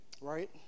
right